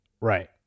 Right